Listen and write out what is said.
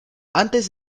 antes